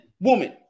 woman